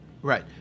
Right